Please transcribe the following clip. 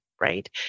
right